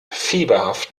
fieberhaft